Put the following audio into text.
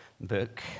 book